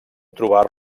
trobar